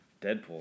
Deadpool